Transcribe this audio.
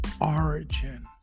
origin